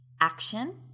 action